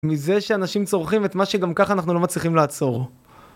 מזה שאנשים צורכים את מה שגם ככה אנחנו לא מצליחים לעצור